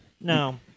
No